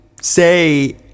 say